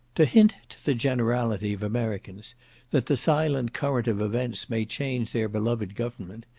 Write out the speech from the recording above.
to hint to the generality of americans that the silent current of events may change their beloved government,